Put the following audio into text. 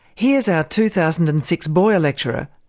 here's our two thousand and six boyer lecturer,